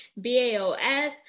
BAOS